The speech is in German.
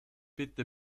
bitte